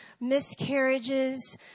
miscarriages